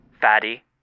Fatty